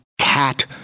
cat